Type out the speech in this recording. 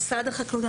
משרד החקלאות,